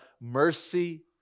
mercy